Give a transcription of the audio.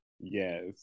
Yes